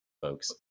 folks